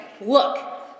Look